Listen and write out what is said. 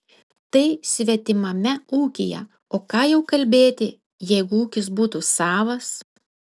tai svetimame ūkyje o ką jau kalbėti jeigu ūkis būtų savas